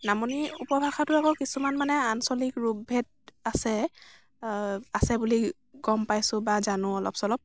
নামনিৰ উপভাষাতো আকৌ কিছুমান মানে আঞ্চলিক ৰূপ ভেদ আছে আছে বুলি গম পাইছোঁ বা জানো অলপ চলপ